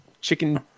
chicken